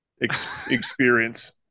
experience